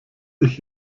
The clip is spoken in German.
ich